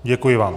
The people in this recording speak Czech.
Děkuji vám.